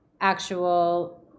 actual